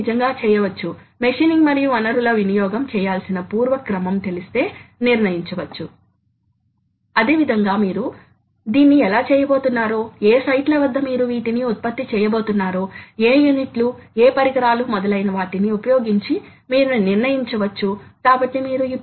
కాబట్టి machine drive ల యొక్క కావాల్సిన లక్షణాలలో స్పిండిల్ డ్రైవ్ భ్రమణ వేగం ను బట్టి ఖచ్చితమైనదిగా ఉండాలి అయితే ఫీడ్ డ్రైవ్ స్థానం రిజల్యూషన్ పరంగా మైక్రాన్ల పరంగా చాలా ఖచ్చితంగా ఉండాలి